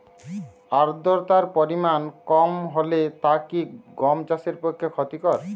আর্দতার পরিমাণ কম হলে তা কি গম চাষের পক্ষে ক্ষতিকর?